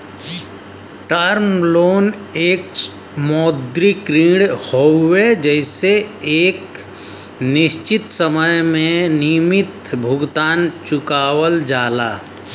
term loan एक मौद्रिक ऋण हौ जेसे एक निश्चित समय में नियमित भुगतान चुकावल जाला